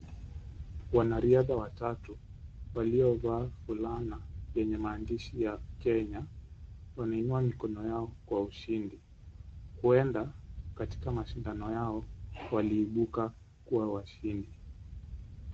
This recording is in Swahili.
Wanariadha watatu waluovaa fulana yenye maandishi ya Kenya wanainua mikono yao kwa ushindi. Huenda kwenye mashindano yao waliobuka kuwa washindi.